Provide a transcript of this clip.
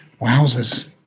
Wowzers